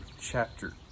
chapter